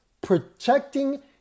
protecting